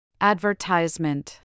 Advertisement